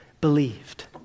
believed